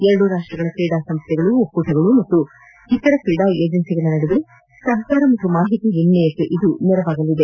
ಎರಡೂ ರಾಷ್ಷಗಳ ಕ್ರೀಡಾ ಸಂಸ್ಥೆಗಳು ಒಕ್ಕೂಟಗಳು ಮತ್ತು ಇತರೆ ಕ್ರೀಡಾ ಏಜೆನ್ಸಿಗಳ ನಡುವೆ ಸಹಕಾರ ಮತ್ತು ಮಾಹಿತಿ ವಿನಿಮಯಕ್ಕೆ ಇದು ನೆರವಾಗಲಿದೆ